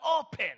open